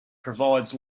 provides